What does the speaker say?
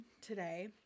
today